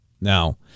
Now